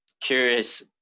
curious